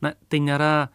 na tai nėra